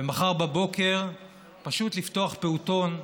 ומחר בבוקר פשוט לפתוח פעוטון,